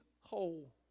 whole